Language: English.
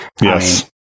Yes